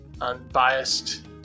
unbiased